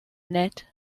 nettes